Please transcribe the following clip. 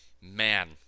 man